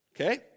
Okay